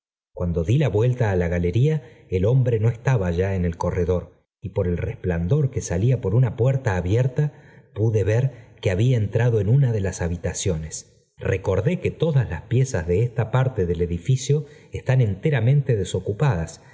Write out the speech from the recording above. cuando di la vuelta ó la galería e hombre no estaba ya en el corredor y i or el resplandor que salía por una puerta abierta pude ver que había entrado en una de las habitaciones recordó que todas las piezas de esta parte del edihcio están enteramente desocupadas